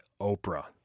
Oprah